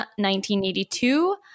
1982